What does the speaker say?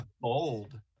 Bold